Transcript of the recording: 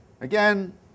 Again